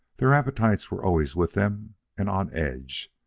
their appetites were always with them and on edge,